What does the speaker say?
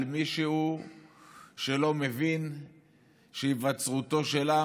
על מישהו שלא מבין שהיווצרותו של עם,